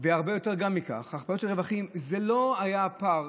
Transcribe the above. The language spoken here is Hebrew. והרבה יותר מכך, זה לא היה הפער.